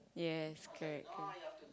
yes correct correct